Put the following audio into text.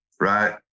Right